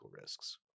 risks